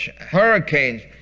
hurricanes